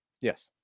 Yes